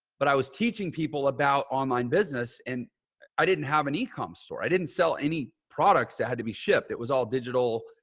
but i was teaching people about online business and i didn't have an e-com store. i didn't sell any products that had to be shipped. it was all digital.